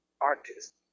artist